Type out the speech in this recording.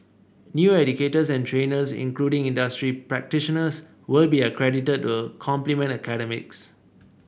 new educators and trainers including industry practitioners will be accredited to complement academics